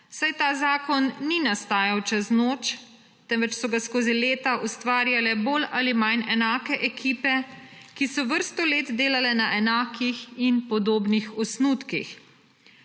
saj ta zakon ni nastajal čez noč, temveč so ga skozi leta ustvarjale bolj ali manj enake ekipe, ki so vrsto let delale na enakih in podobnih osnutkih.